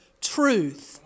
truth